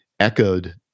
echoed